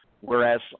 Whereas